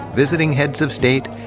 visiting heads of state,